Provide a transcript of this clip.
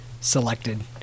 selected